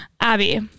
abby